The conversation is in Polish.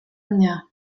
mnie